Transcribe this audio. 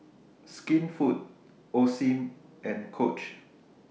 Skinfood Osim and Coach